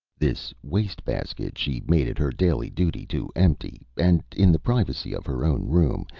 this waste-basket she made it her daily duty to empty, and in the privacy of her own room.